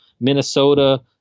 Minnesota